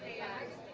guys